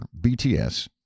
BTS